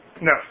No